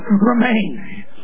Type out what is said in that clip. remain